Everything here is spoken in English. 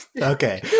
Okay